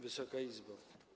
Wysoka Izbo!